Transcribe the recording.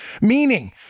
meaning